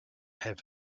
have